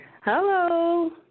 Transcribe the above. Hello